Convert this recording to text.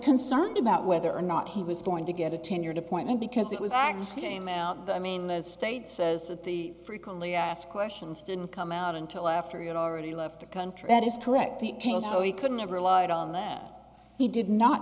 concerned about whether or not he was going to get a tenured appointment because it was actually came out i mean the state says that the frequently asked questions didn't come out until after you'd already left the country that is correct the king so he couldn't have relied on that he did not